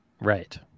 Right